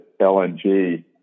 LNG